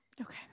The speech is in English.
Okay